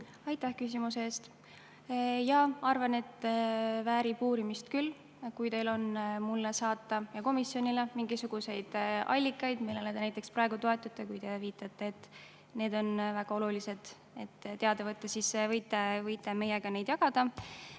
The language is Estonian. Aitäh küsimuse eest! Jaa, ma arvan, et väärib uurimist küll. Kui teil on saata mulle ja komisjonile mingisuguseid allikaid, millele te näiteks praegu toetute, kui te viitate, et need on väga olulised teada, siis te võite meiega neid jagada.